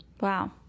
wow